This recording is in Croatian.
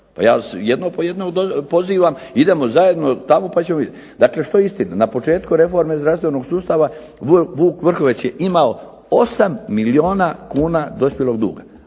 Pa ja jedno po jedno pozivam, idemo tamo pa ćemo vidjeti dakle što je istina. Na početku reforme zdravstvenog sustava "Vuk Vrhovec" je imao 8 milijuna kuna dospjelog duga,